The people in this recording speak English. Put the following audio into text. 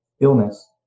illness